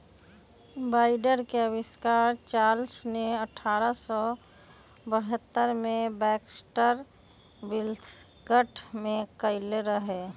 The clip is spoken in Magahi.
बाइंडर के आविष्कार चार्ल्स ने अठारह सौ बहत्तर में बैक्सटर विथिंगटन में कइले हल